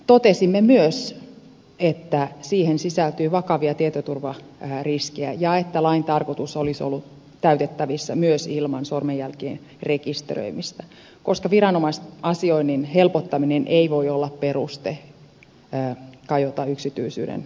totesimme myös että siihen sisältyy vakavia tietoturvariskejä ja että lain tarkoitus olisi ollut täytettävissä myös ilman sormenjäl kien rekisteröimistä koska viranomaisasioinnin helpottaminen ei voi olla peruste kajota yksityisyydensuojaan